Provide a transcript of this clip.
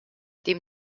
dem